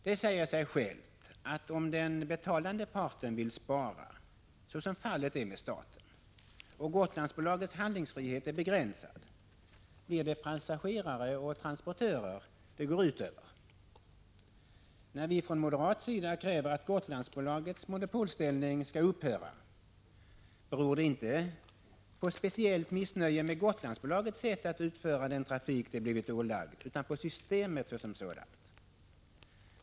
Det säger sig självt att om den betalande parten vill spara, såsom fallet är med staten, och Gotlandsbolagets handlingsfrihet är begränsad, blir det passagerare och transportörer det går ut över. Att vi från moderat sida kräver att Gotlandsbolagets monopolställning skall upphöra beror inte på speciellt missnöje med Gotlandsbolagets sätt att utföra den trafik det blivit ålagt, utan på systemet som sådant.